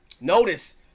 Notice